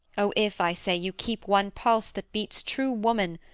o if, i say, you keep one pulse that beats true woman,